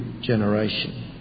generation